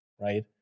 right